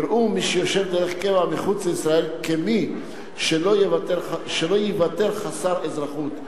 יראו מי שיושב דרך קבע מחוץ לישראל כמי שלא ייוותר חסר אזרחות.